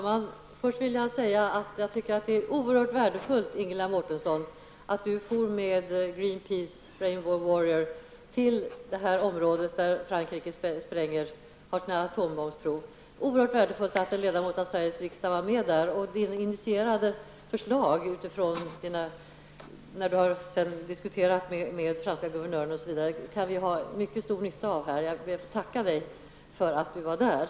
Herr talman! Jag vill första säga att jag tycker att det är oerhört värdefullt att Ingela Mårtensson for med Greenpeaces Rainbow Warrior till det här området där Frankrike genomför sina atombombsprov. Det är oerhört värdefullt att en ledamot av Sveriges riksdag var med där. Ingela Mårtenssons initierade förslag, som bl.a. bygger på hennes diskussioner med franska guvernören, kan vi ha mycket stor nytta av här. Jag ber att få tacka Ingela Mårtensson för att hon var där.